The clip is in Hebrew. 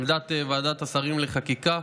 עמדת ועדת השרים לחקיקה: